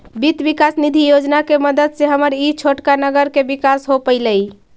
वित्त विकास निधि योजना के मदद से हमर ई छोटका नगर के विकास हो पयलई